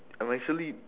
I'm actually